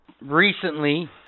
recently